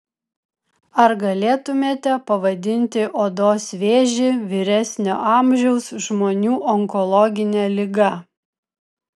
ar galėtumėte pavadinti odos vėžį vyresnio amžiaus žmonių onkologine liga